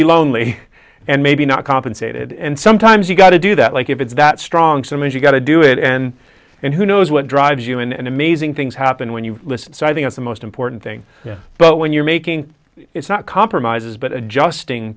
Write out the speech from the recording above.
be lonely and maybe not compensated and sometimes you've got to do that like if it's that strong some and you've got to do it and and who knows what drives you and amazing things happen when you listen so i think it's the most important thing but when you're making it's not compromises but adjusting